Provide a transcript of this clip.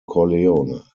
corleone